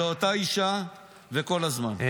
זו אותה אישה וכל הזמן.